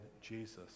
Jesus